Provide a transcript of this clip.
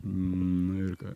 nu ir ką